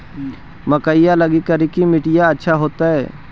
मकईया लगी करिकी मिट्टियां अच्छा होतई